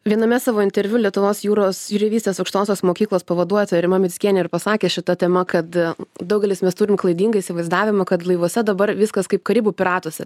viename savo interviu lietuvos jūros jūreivystės aukštosios mokyklos pavaduotoja rima mickienė ir pasakė šita tema kad daugelis mes turim klaidingą įsivaizdavimą kad laivuose dabar viskas kaip karibų piratuose